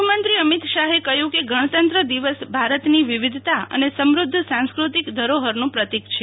ગૃફમંત્રી અમિત શાફે કહ્યું કે ગણતંત્ર દિવસ ભારતની વિવિધતા અને સમૃદ્ધ સાંસ્કૃતિક ધરોહ્રનું પ્રતિક છે